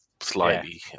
slightly